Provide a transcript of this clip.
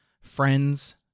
friends